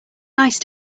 nice